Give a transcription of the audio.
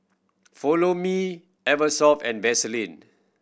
Follow Me Eversoft and Vaseline